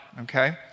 okay